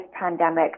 pandemic